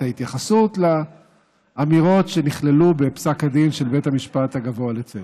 את ההתייחסות לאמירות שנכללו בפסק הדין של בית המשפט הגבוה לצדק.